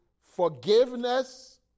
forgiveness